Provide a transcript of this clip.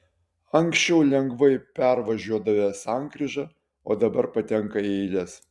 anksčiau lengvai pervažiuodavę sankryžą o dabar patenka į eiles